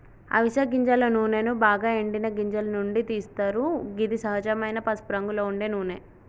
అవిస గింజల నూనెను బాగ ఎండిన గింజల నుండి తీస్తరు గిది సహజమైన పసుపురంగులో ఉండే నూనె